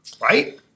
right